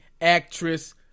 actress